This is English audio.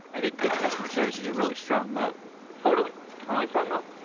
i think good customer service is a really strong mote totally. totally strong mote.